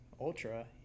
ultra